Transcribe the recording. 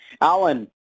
Alan